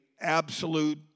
absolute